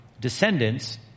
descendants